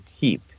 keep